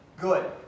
good